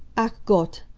ach gott!